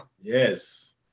Yes